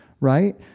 Right